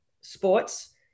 sports –